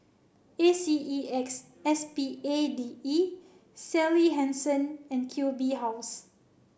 A C E X S P A D E Sally Hansen and Q B House